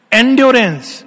endurance